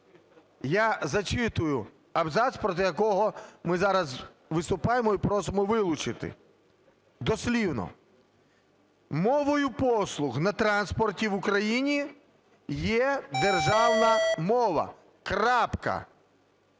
я зачитую абзац, проти якого ми зараз виступаємо і просимо вилучити дослівно: "Мовою послуг на транспорті в Україні є державна мова". Крапка.